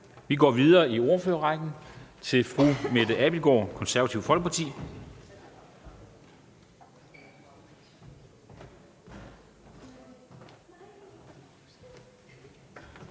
Vi går videre i ordførerrækken til fru Mette Abildgaard, Det Konservative Folkeparti.